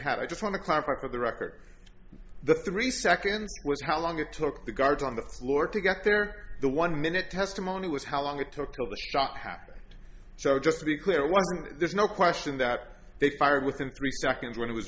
have i just want to clarify for the record the three seconds was how long it took the guards on the floor to get there the one minute testimony was how long it took to the stop happen so just to be clear wasn't there's no question that they fired within three seconds when it was